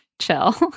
Chill